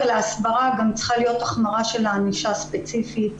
להסברה צריכה גם להיות החמרה של ענישה ספציפית,